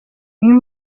این